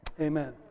Amen